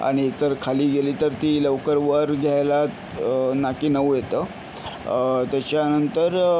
आणि एक तर खाली गेली तर ती लवकर वर घ्यायला नाकी नऊ येतं त्याच्यानंतर